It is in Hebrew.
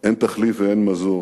אין תחליף ואין מזור,